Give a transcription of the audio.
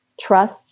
trust